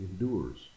endures